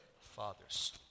fathers